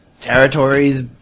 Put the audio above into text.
territories